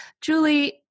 Julie